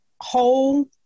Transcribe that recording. whole